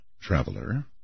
traveler